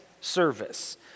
service